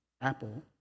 Apple